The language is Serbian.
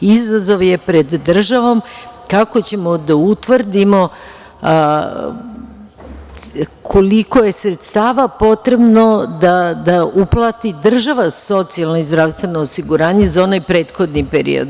Izazov je pred državom kako ćemo da utvrdimo koliko je sredstava potrebno da uplati država socijalno i zdravstveno osiguranje za onaj prethodni period.